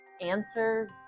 answer